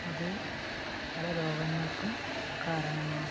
അത് പല രോഗങ്ങൾക്കും കാരണമാകും